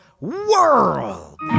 world